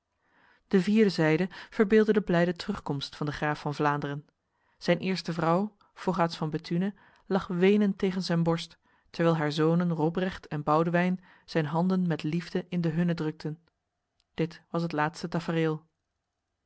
de vierde zijde verbeeldde de blijde terugkomst van de graaf van vlaanderen zijn eerste vrouw fogaets van bethune lag wenend tegen zijn borst terwijl haar zonen robrecht en boudewyn zijn handen met liefde in de hunne drukten dit was het laatste tafereel